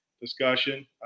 discussion